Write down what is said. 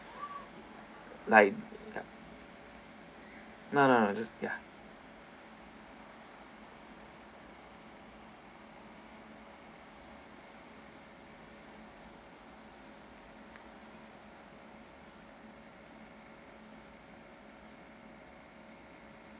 like no no no just ya